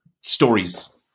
stories